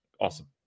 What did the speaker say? Awesome